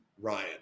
Ryan